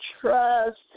Trust